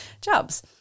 jobs